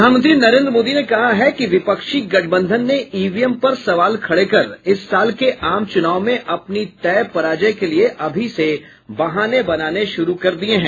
प्रधानमंत्री नरेन्द्र मोदी ने कहा है कि विपक्षी गठबंधन ने ईवीएम पर सवाल खड़े कर इस साल के आम चूनाव में अपनी तय पराजय के लिए अभी से बहाने बनाने शुरू कर दिए हैं